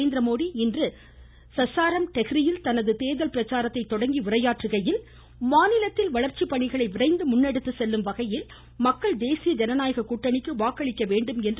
நரேந்திரமோடி இன்று சசாரம் டெஹ்ரியில் தனது தேர்தல் பிரச்சாரத்தை தொடங்கி உரையாற்றுகையில் மாநிலத்தில் வளர்ச்சி பணிகளை விரைந்து முன்னெடுத்து செல்லும் வகையில் மக்கள் தேசிய ஜனநாயக கூட்டணிக்கு வாக்களிக்க வேண்டும் என்று கேட்டுக்கொண்டார்